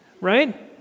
Right